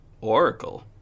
oracle